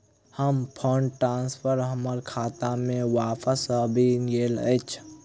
हमर fund transfer हमर खाता मे बापस आबि गइल अछि